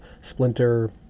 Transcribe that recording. splinter